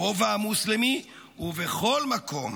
ברובע המוסלמי ובכל מקום